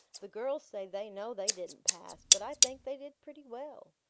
the girls say they know they didn't pass, but i think they did pretty well.